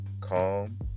calm